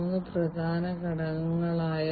നമുക്ക് ഇൻഡസ്ട്രിയൽ ഐഒടിയുടെ വിശദാംശങ്ങൾ നോക്കാം